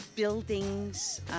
Buildings